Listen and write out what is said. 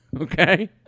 okay